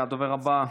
הדובר הבא,